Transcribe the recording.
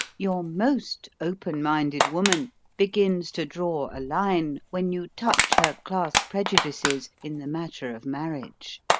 your most open-minded woman begins to draw a line when you touch her class prejudices in the matter of marriage,